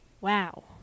Wow